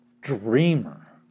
dreamer